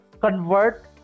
convert